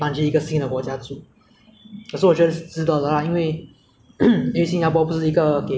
给人住的地方只是一个来赚钱的地方可是不是一个一个很好住的地方